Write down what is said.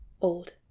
old